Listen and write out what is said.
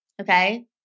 Okay